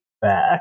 back